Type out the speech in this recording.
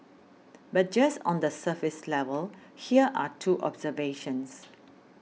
but just on the surface level here are two observations